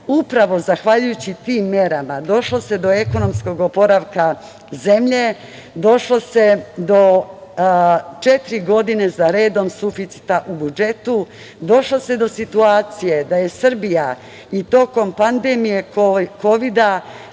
Upravo zahvaljujući tim merama došlo se do ekonomskog oporavka zemlje, došlo se do četiri godine za redom suficita u budžetu, došlo se do situacije da je Srbija i tokom pandemije kovida